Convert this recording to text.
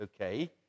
Okay